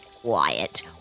Quiet